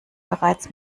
bereits